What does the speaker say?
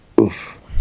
Oof